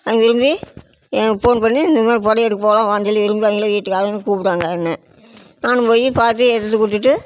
அவங்க விரும்பி எனக்கு ஃபோன் பண்ணி இந்த மாதிரி புடவ எடுக்கப் போகிறோம் வான்னு சொல்லி விரும்புவாங்களே வீட்டுக்கு அவங்களும் கூப்பிடுவாங்க என்ன நானும் போய் பார்த்து எடுத்துக்கொடுத்துட்டு